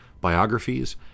biographies